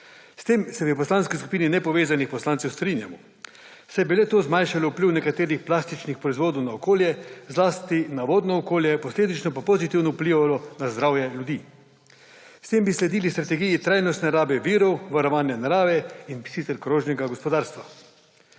S tem se v Poslanski skupini nepovezanih poslancev strinjamo, saj bi le−to zmanjšalo vpliv nekaterih plastičnih proizvodov na okolje, zlasti na vodno okolje, posledično pa pozitivno vplivalo na zdravje ljudi. S tem bi sledili strategiji trajnostne rabe virov, varovanja narave in sicer krožnega gospodarstva.